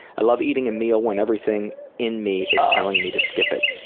i love eating a meal when everything in me is telling me to skip it.